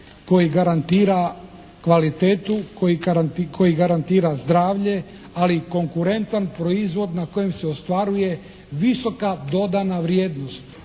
koji garantira kvalitetu, koji garantira zdravlje, ali konkurentan proizvod na kojem se ostvaruje visoka dodana vrijednost.